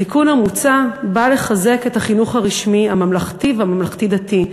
התיקון המוצע בא לחזק את החינוך הרשמי הממלכתי והממלכתי-דתי.